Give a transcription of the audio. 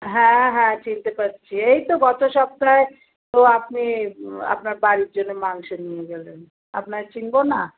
হ্যাঁ হ্যাঁ চিনতে পারছি এই তো গত সপ্তাহে তো আপনি আপনার বাড়ির জন্য মাংস নিয়ে গেলেন আপনাকে চিনবো না